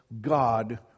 God